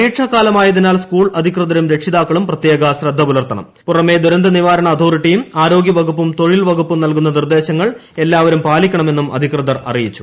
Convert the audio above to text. പരീക്ഷാക്കാലമായതിനാൽ school അധികൃതരും രക്ഷിതാക്കളും പ്രത്യേകശ്രദ്ധ പുലർത്തുക പുറമേ ദുരന്തനിവാരണ അതോറിറ്റിയും ആരോഗ്യവകുപ്പും തൊഴിൽ വകുപ്പും നൽകുന്ന നിർദ്ദേശങ്ങൾ എല്ലാവരും പാലിക്കണമെന്നും അധികൃതർ അറിയിച്ചു